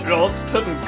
Justin